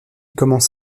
commence